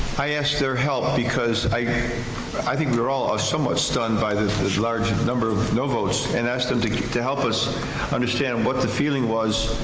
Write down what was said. i asked their help because i i think we're all ah somewhat stunned by the large and number of no votes and asked them to to help us understand what the feeling was,